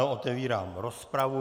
Otevírám rozpravu.